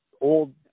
old